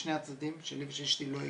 משני הצדדים שלי ושל אשתי לא הגיעו.